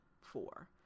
four